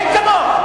אין כמוך.